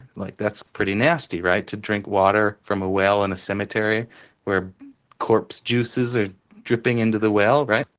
like that's pretty nasty, right? to drink water from a well in a cemetery where corpse juices are dripping into the well, right?